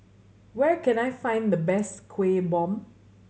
where can I find the best Kueh Bom